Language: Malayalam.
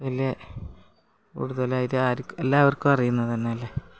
വല്യേ ഒരു തല ഇതായിരിക്കും എല്ലാവർക്കും അറിയുന്നത് തന്നെ അല്ലേ